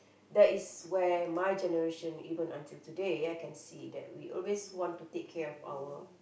that is where my generation even until today I can see that we always want take care of our